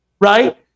right